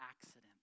accident